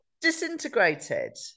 disintegrated